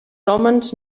hòmens